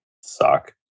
suck